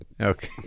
Okay